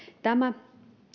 tämä